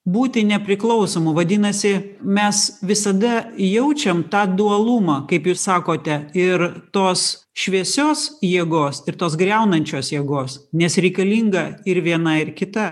būti nepriklausomu vadinasi mes visada jaučiam tą dualumą kaip jūs sakote ir tos šviesios jėgos ir tos griaunančios jėgos nes reikalinga ir viena ir kita